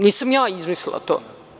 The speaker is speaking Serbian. Nisam ja izmislila to.